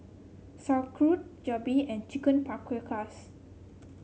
Sauerkraut Jalebi and Chicken Paprikas